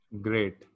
Great